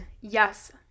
yes